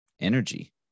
energy